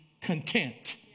content